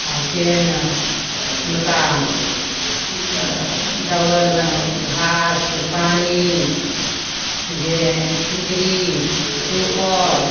आओर फेन हुनका डबल घास पानि जे खिचड़ी सुपर